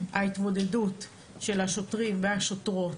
ההתמודדות של השוטרים והשוטרות,